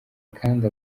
kandi